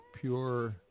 pure